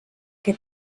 que